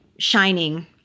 shining